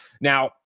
Now